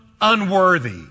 unworthy